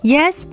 Yes